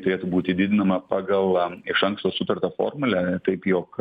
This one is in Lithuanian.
turėtų būti didinama pagal iš anksto sutartą formulę taip jog